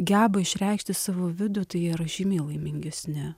geba išreikšti savo vidų tai yra žymiai laimingesni